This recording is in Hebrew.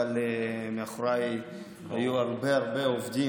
אבל מאחוריי היו הרבה הרבה עובדים,